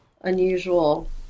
unusual